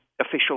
official